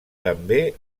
també